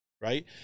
right